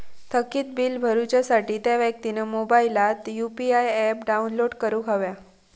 थकीत बील भरुसाठी त्या व्यक्तिन मोबाईलात यु.पी.आय ऍप डाउनलोड करूक हव्या